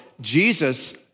Jesus